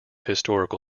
historical